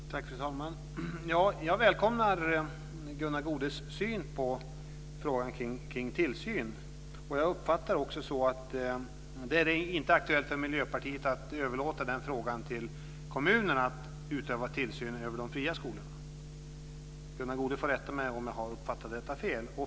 Fru talman! Jag välkomnar Gunnar Goudes syn på frågan om tillsyn. Som jag uppfattar det är det inte aktuellt för Miljöpartiet att överlåta till kommunerna att utöva tillsyn över de fria skolorna. Gunnar Goude får rätta mig om jag har uppfattat detta fel.